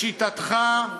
לשיטתך,